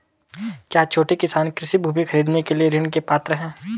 क्या छोटे किसान कृषि भूमि खरीदने के लिए ऋण के पात्र हैं?